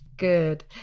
Good